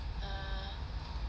err